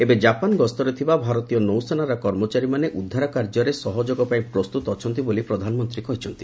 ଏବେ ଜାପାନ ଗସ୍ତରେ ଥିବା ଭାରତୀୟ ନୌସେନାର କର୍ମଚାରୀମାନେ ଉଦ୍ଧାର କାର୍ଯ୍ୟରେ ସହଯୋଗପାଇଁ ପ୍ରସ୍ତୁତ ଅଛନ୍ତି ବୋଲି ପ୍ରଧାନମନ୍ତୀ କହିଛନ୍ତି